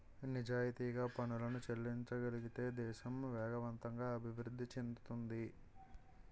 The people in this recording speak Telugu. నిజాయితీగా పనులను చెల్లించగలిగితే దేశం వేగవంతంగా అభివృద్ధి చెందుతుంది